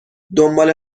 دنبال